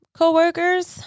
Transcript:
coworkers